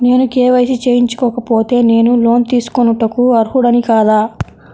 నేను కే.వై.సి చేయించుకోకపోతే నేను లోన్ తీసుకొనుటకు అర్హుడని కాదా?